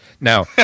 now